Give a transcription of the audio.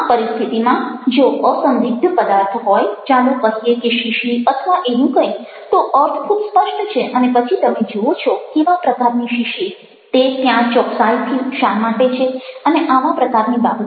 આ પરિસ્થિતિમાં જો અસંદિગ્ધ પદાર્થ હોય ચાલો કહીએ કે શીશી અથવા એવું કંઈ તો અર્થ ખૂબ સ્પષ્ટ છે અને પછી તમે જુઓ છો કેવા પ્રકારની શીશી તે ત્યાં ચોકસાઈથી શા માટે છે અને આવા પ્રકારની બાબતો